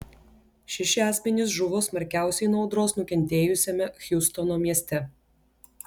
šeši asmenys žuvo smarkiausiai nuo audros nukentėjusiame hjustono mieste